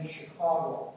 Chicago